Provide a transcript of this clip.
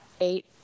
eight